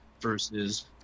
versus